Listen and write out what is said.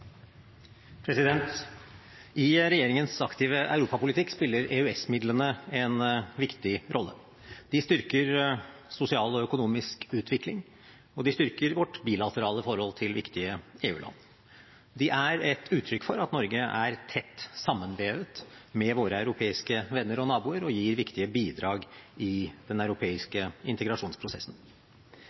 I regjeringens aktive europapolitikk spiller EØS-midlene en viktig rolle. De styrker sosial og økonomisk utvikling, og de styrker vårt bilaterale forhold til viktige EU-land. De er et uttrykk for at Norge er tett sammenvevet med våre europeiske venner og naboer, og gir viktige bidrag i den europeiske integrasjonsprosessen.